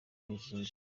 wungirije